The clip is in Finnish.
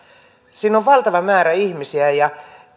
se on valtava määrä ihmisiä ja